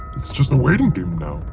it's just a waiting game now.